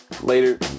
later